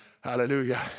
Hallelujah